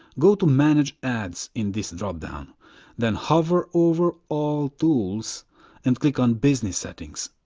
go to manage ads in this drop-down then hover over all tools and click on business settings.